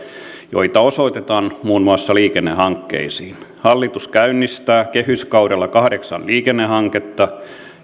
joita osoitetaan muun muassa liikennehankkeisiin hallitus käynnistää kehyskaudella kahdeksan liikennehanketta